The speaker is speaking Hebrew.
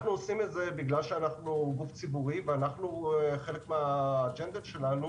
אנחנו עושים את זה בגלל שאנחנו גוף ציבורי וחלק מהאג'נדות שלנו